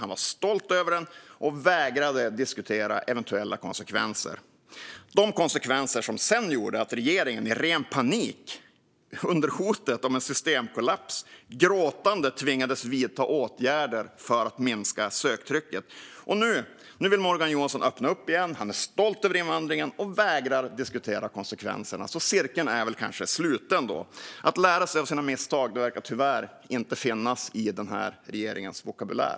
Han var stolt över den och vägrade diskutera eventuella konsekvenser - de konsekvenser som sedan gjorde att regeringen i ren panik under hotet om en systemkollaps gråtande tvingades vidta åtgärder för att minska söktrycket. Nu vill Morgan Johansson öppna upp igen. Han är stolt över invandringen och vägrar att diskutera konsekvenserna. Cirkeln är kanske sluten. Att lära sig av sina misstag verkar tyvärr inte finnas i denna regerings vokabulär.